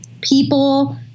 people